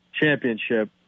Championship